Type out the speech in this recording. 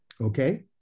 Okay